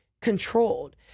controlled